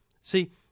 see